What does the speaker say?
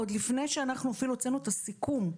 עוד לפני שאנחנו אפילו הוצאנו את הסיכום.